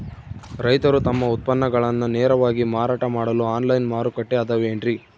ರೈತರು ತಮ್ಮ ಉತ್ಪನ್ನಗಳನ್ನ ನೇರವಾಗಿ ಮಾರಾಟ ಮಾಡಲು ಆನ್ಲೈನ್ ಮಾರುಕಟ್ಟೆ ಅದವೇನ್ರಿ?